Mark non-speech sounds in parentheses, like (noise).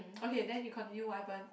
(noise) okay then you continue what happen